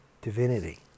divinity